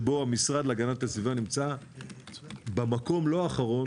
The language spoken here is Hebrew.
שהמשרד להגנת הסביבה נמצא במקום לא האחרון,